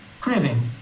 craving